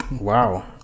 Wow